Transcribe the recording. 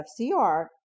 FCR